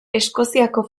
eskoziako